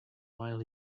while